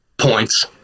points